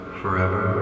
forever